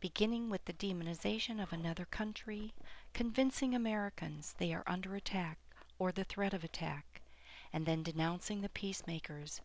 beginning with the demonization of another country convincing americans they are under attack or the threat of attack and then denouncing the peacemakers